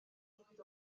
mlwydd